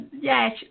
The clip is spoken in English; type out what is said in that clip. Yes